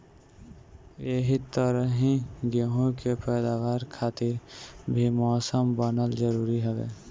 एही तरही गेंहू के पैदावार खातिर भी मौसम बनल जरुरी हवे